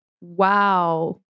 wow